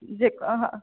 जेका